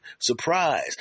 surprise